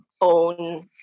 own